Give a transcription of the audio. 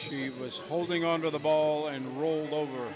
she was holding on to the ball and roll over